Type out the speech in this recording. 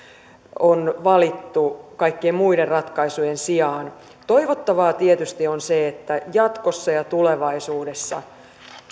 on valittu kaikkien muiden ratkaisujen sijaan toivottavaa tietysti on se että jatkossa ja tulevaisuudessa